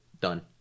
Done